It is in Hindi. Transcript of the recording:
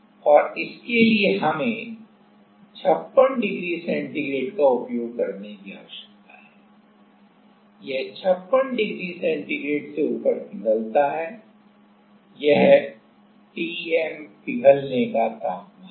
और इसके लिए हमें 56 डिग्री सेंटीग्रेड का उपयोग करने की आवश्यकता है यह 56 डिग्री सेंटीग्रेड से ऊपर पिघलता है यह Tm पिघलने का तापमान है